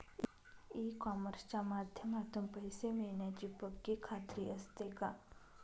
E कॉमर्सच्या माध्यमातून पैसे मिळण्याची पक्की खात्री असते का?